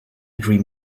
dream